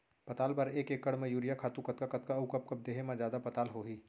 पताल बर एक एकड़ म यूरिया खातू कतका कतका अऊ कब कब देहे म जादा पताल होही?